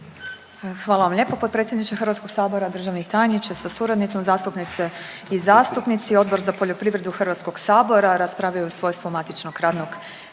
Hvala vam lijepa potpredsjedniče Hrvatskog sabora. Državni tajniče sa suradnicima, zastupnice i zastupnici, Odbor za poljoprivredu Hrvatskoj sabora raspravljao je u svojstvu matičnog radnog